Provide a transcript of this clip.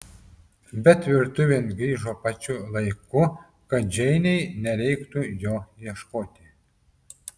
bet virtuvėn grįžo pačiu laiku kad džeinei nereiktų jo ieškoti